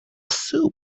soup